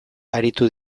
aritu